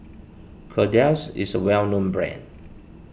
Kordel's is a well known brand